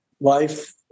life